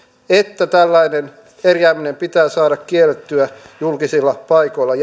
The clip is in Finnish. että tällainen kerjääminen pitää saada kiellettyä julkisilla paikoilla